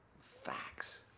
Facts